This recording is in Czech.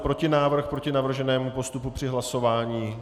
Má někdo protinávrh proti navrženému postupu při hlasování?